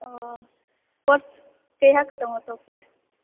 ओ course कहिआ खतम होतो फिर